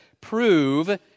prove